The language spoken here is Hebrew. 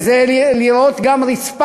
בדיוק,